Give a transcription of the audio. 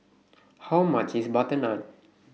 How much IS Butter Naan